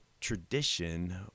tradition